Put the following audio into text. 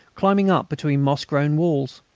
climbing up between moss-grown walls.